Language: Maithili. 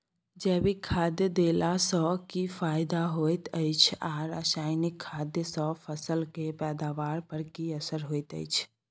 जैविक खाद देला सॅ की फायदा होयत अछि आ रसायनिक खाद सॅ फसल के पैदावार पर की असर होयत अछि?